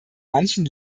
manchen